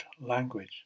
language